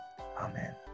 amen